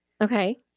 Okay